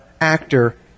actor